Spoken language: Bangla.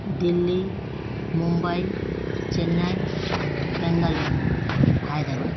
দিল্লি মুম্বাই চেন্নাই ব্যাঙ্গালোর হায়দ্রাবাদ